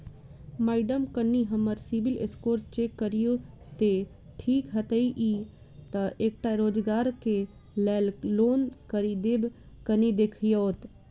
Madam कनि हम्मर CIBIL score check करियो तेँ ठीक हएत ई तऽ एकटा रोजगार केँ लैल लोन करि देब कनि देखीओत?